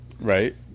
Right